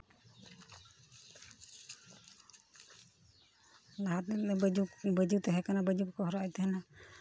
ᱞᱟᱦᱟ ᱫᱤᱱ ᱫᱚ ᱵᱟᱹᱡᱩ ᱵᱟᱹᱡᱩ ᱛᱟᱦᱮᱠᱟᱱᱟ ᱵᱟᱹᱡᱩ ᱠᱚᱠᱚ ᱦᱚᱨᱚᱜ ᱮᱫ ᱛᱟᱦᱮᱱᱟ